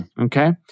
okay